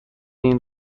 این